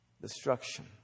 destruction